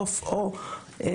עוף או בקר,